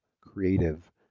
creative